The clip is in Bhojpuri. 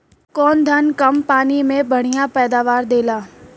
कौन धान कम पानी में बढ़या पैदावार देला?